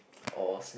or snack